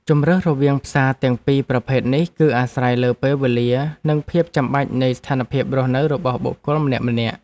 ជម្រើសរវាងផ្សារទាំងពីរប្រភេទនេះគឺអាស្រ័យលើពេលវេលានិងភាពចាំបាច់នៃស្ថានភាពរស់នៅរបស់បុគ្គលម្នាក់ៗ។